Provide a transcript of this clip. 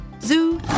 Zoo